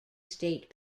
state